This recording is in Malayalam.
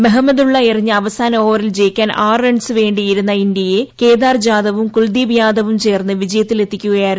മഹ്മദുള്ള എ്ണ്ണ്ത അവസാന ഓവറിൽ ജയിക്കാൻ ആറ് റൺസ് വേണ്ടിയിരുന്ന ഇന്ത്യയെ കേദാർ ജാദവും കുൽദീപ് യാദവും ചേർന്ന് ്വിജയ്ത്തിൽ എത്തിക്കുകയായിരുന്നു